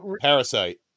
Parasite